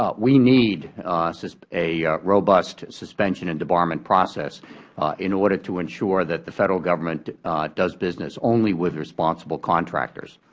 ah we need a robust suspension and debarment process in order to ensure that the federal government does business only with responsible contractors,